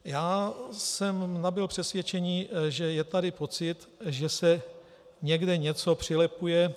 Já jsem nabyl přesvědčení, že je tady pocit, že se někde něco přilepuje.